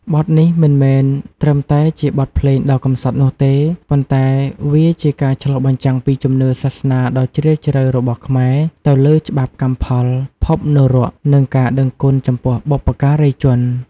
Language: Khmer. បទនេះមិនមែនត្រឹមតែជាបទភ្លេងដ៏កម្សត់នោះទេ ប៉ុន្តែវាជាការឆ្លុះបញ្ចាំងពីជំនឿសាសនាដ៏ជ្រាលជ្រៅរបស់ខ្មែរទៅលើ ច្បាប់កម្មផល ភពនរក និងការដឹងគុណចំពោះបុព្វការីជន។